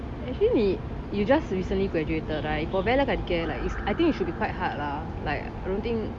actually நீ:nee you just recently graduated right இப்போ:ipo I think it should be quite hard lah like I don't think